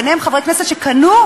ביניהם חברי כנסת שקנו,